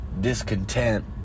discontent